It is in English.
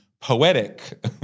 poetic